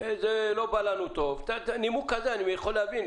זה לא בא לכם טוב נימוק כזה אני יכול להבין.